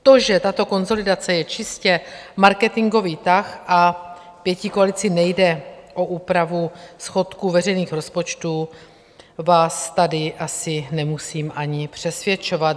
To, že tato konsolidace je čistě marketingový tah a pětikoalici nejde o úpravu schodku veřejných rozpočtů, vás tady asi nemusím ani přesvědčovat.